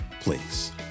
please